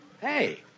Hey